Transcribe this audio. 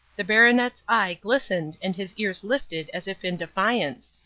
the baronet's eye glistened and his ears lifted as if in defiance,